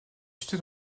située